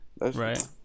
right